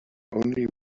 only